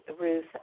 Ruth